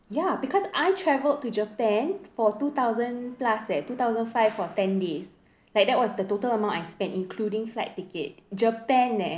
ya because I travelled to japan for two thousand plus eh two thousand five for ten days like that was the total amount I spent including flight ticket japan leh